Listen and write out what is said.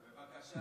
בבקשה,